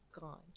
gone